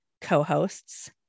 co-hosts